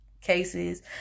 cases